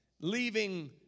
leaving